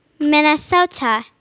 Minnesota